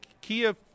Kia